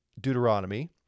Deuteronomy